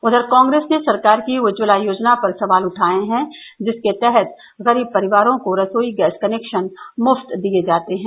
उधर कांग्रेस ने सरकार की उज्जवला योजना पर सवाल उठाये हैं जिसके तहत गरीब परिवारों को रसोई गैस कनेक्शन मुफ्त दिये जाते हैं